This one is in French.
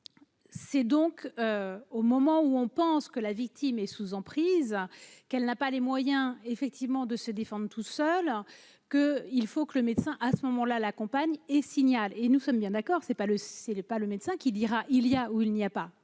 C'est donc au moment où on pense que la victime est sous emprise, qu'elle n'a pas les moyens effectivement de se défendre tout seul que il faut que le médecin à ce moment-là la compagne et signale et nous sommes bien d'accord, c'est pas le c'est le pas le médecin qui dira : il y a, où il n'y a pas,